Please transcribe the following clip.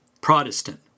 Protestant